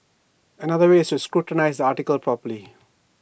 another way is to scrutinise the article properly